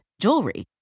jewelry